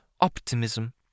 optimism